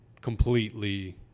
completely